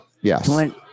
Yes